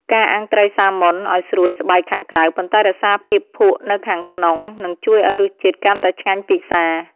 ការអាំងត្រីសាម៉ុនឱ្យស្រួយស្បែកខាងក្រៅប៉ុន្តែរក្សាភាពភក់នៅខាងក្នុងនឹងជួយឱ្យរសជាតិកាន់តែឆ្ងាញ់ពិសា។